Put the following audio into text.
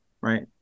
right